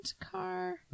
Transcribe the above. car